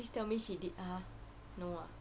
please tell me she did ha no ah